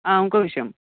ఇంకో విషయం